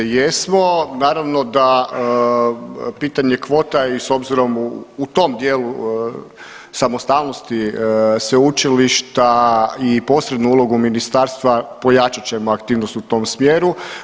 Jesmo, naravno da pitanje kvota i s obzirom, u tom dijelu samostalnosti sveučilišta i posrednu ulogu ministarstva pojačat ćemo aktivnosti u tom smjeru.